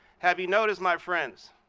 have you noticed, my friends,